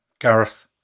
Gareth